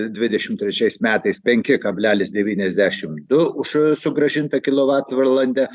dvidešimt trečiais metais penki kablelis devyniasdešimt du už sugrąžintą kilovatvalandę